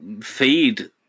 feed